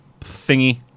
thingy